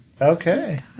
Okay